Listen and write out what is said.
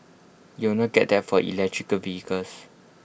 you will not get that for electrical vehicles